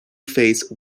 face